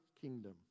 kingdom